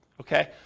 Okay